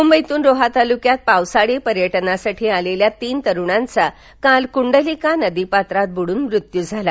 मुंबईतून रोहा तालुक्यात पावसाळी पर्यटनासाठी आलेल्या तीन तरुणांचा काल कुंडलिका नदीपात्रात बुडुन मृत्यू झाला